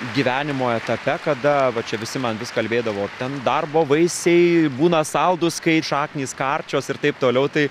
gyvenimo etape kada va čia visi man vis kalbėdavo ten darbo vaisiai būna saldūs kai šaknys karčios ir taip toliau tai